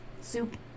soup